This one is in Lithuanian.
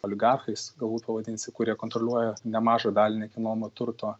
oligarchais galbūt pavadinsiu kurie kontroliuoja nemažą dalį nekilnojamo turto